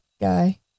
guy